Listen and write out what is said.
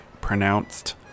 pronounced